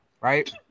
right